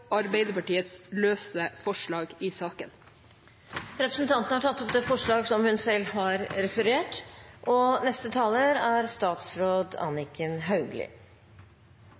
Arbeiderpartiets løse forslag i saken. Representanten Kirsti Bergstø har tatt opp det forslaget hun refererte. Deler av landet er inne i en krevende tid, og det er